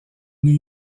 new